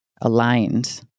aligned